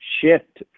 shift